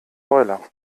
boiler